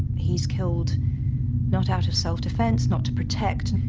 he's killed not out of self-defence, not to protect.